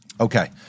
Okay